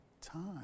time